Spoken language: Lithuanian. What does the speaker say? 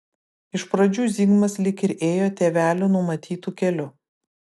iš pradžių zigmas lyg ir ėjo tėvelių numatytu keliu